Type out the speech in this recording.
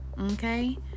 Okay